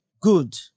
good